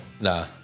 Nah